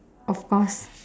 of course